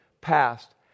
passed